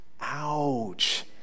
Ouch